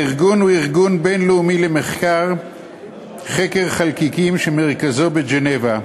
הארגון הוא ארגון בין-לאומי למחקר חקר חלקיקים שמרכזו בז'נבה,